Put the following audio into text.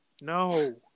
No